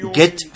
get